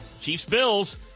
Chiefs-Bills